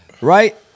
right